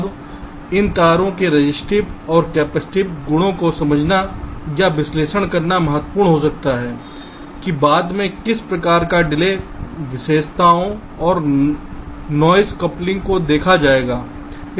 अब इन तारों के रजिस्टिव और कैपेसिटिव गुणों को समझना या विश्लेषण करना महत्वपूर्ण हो सकता है कि बाद में किस प्रकार की डिले विशेषताओं और नॉइस कपलिंग को देखा जाएगा